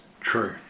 True